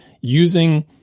using